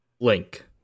Link